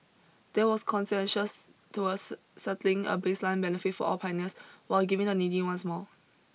there was consensus towards settling a baseline benefit for all pioneers while giving the needy ones more